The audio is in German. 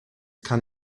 kann